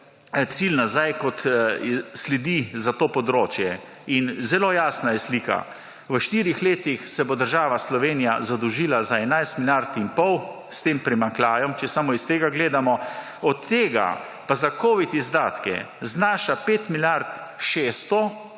cilj nazaj kot sledi za to področje in zelo jasna je slika, v štirih letih se bo država Slovenija zadolžila za 11 milijard in pol s tem primanjkljajem, če samo iz tega gledamo, od tega pa za Covid izdatke znaša 5 milijard 600,